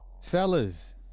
Fellas